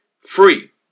free